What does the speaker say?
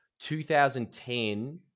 2010